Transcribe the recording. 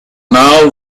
nile